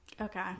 Okay